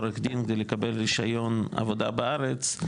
עורך דין כדי לקבל רישיון עבודה בארץ,